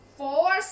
four